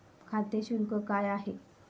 खाते शुल्क काय आहे?